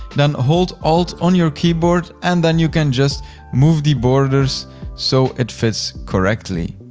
then hold alt on your keyboard and then you can just move the borders so it fits correctly.